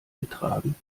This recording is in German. getragen